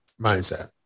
mindset